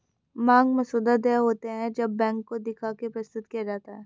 मांग मसौदा देय होते हैं जब बैंक को दिखा के प्रस्तुत किया जाता है